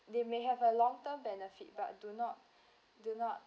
they may have a long term benefit but do not do not